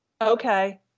Okay